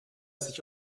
sich